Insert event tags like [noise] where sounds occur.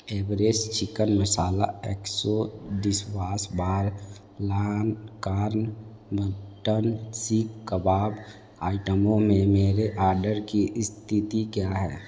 Everest chicken masala Exo dishwash बार [unintelligible] mutton seekh kebab आइटमों मे मेरे आडर की इस्थिति क्या है